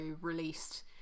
released